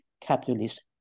capitalist